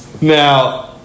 Now